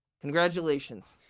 Congratulations